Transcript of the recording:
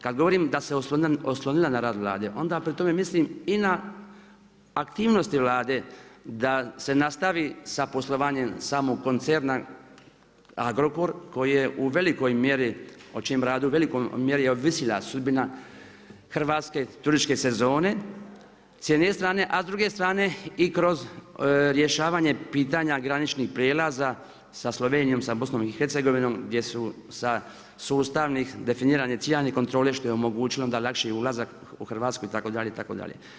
Kad govorim da se oslonila na rad Vlade, onda pritom mislim i na aktivnosti Vlade da se nastavi sa poslovanje samog koncerna Agrokor, o čijem je radu u velikoj mjeri ovisila sudbina hrvatske turističke sezone s jedne strane, a s druge strane i kroz rješavanje pitanja graničnih prijelaza sa Slovenijom, sa BiH-om, gdje su sa sustavom, definirane ciljane kontrole što je omogućilo taj lakši ulazak u Hrvatskoj itd. itd.